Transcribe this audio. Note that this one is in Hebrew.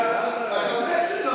אבל, אתה חבר שלו.